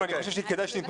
זו